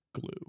glue